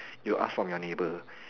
you ask from your neighbour